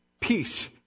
peace